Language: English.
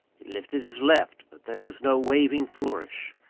he lifted his left but there was no waving flourish.